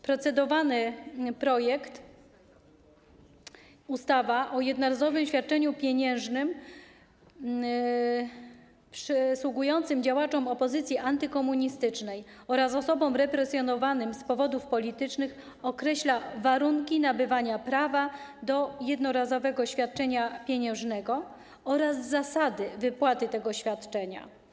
Procedowany projekt, tj. ustawa o jednorazowym świadczeniu pieniężnym przysługującym działaczom opozycji antykomunistycznej oraz osobom represjonowanym z powodów politycznych, określa warunki nabywania prawa do jednorazowego świadczenia pieniężnego oraz zasady wypłaty tego świadczenia.